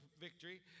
victory